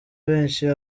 benshi